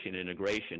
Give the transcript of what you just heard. integration